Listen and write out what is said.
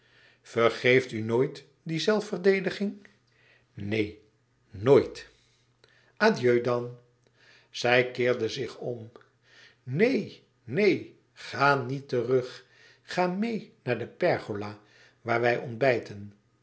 vergeeft u nooit die zelfverdediging neen nooit adieu dan zij keerde zich om neen neen ga niet terug ga meê naar de pergola waar wij ontbijten